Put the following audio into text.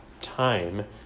Time